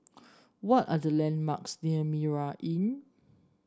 what are the landmarks near Mitraa Inn